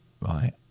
right